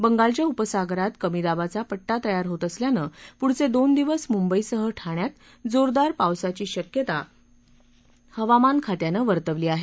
बंगालच्या उपसागरात कमी दाबाचा पट्टा तयार होत असल्यानं पुढचे दोन दिवस मुंबईसह ठाण्यात जोरदार पावसाची शक्यता हवामान खात्याने वर्तवली आहे